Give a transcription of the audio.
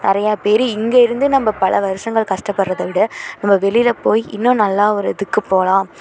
நிறையா பேர் இங்கே இருந்து நம்ம பல வருஷங்கள் கஷ்டப்படுறத விட நம்ம வெளியில் போய் இன்னும் நல்லா ஒரு இதுக்கு போகலாம்